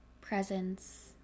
Presence